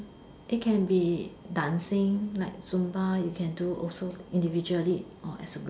it can be dancing like Zumba you can do also individually or as a group